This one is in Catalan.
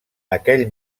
aquell